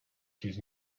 his